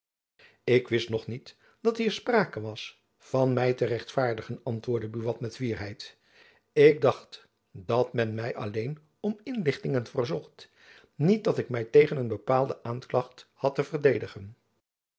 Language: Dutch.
ik wist nog niet dat hier sprake was van my te rechtvaardigen antwoordde buat met fierheid ik dacht dat men my alleen om inlichtingen verzocht niet dat ik my tegen een bepaalde aanklacht had te verdedigen